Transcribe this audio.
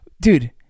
dude